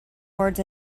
words